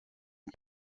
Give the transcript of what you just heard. est